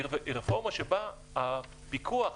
היא רפורמה שבה הפיקוח,